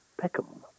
Peckham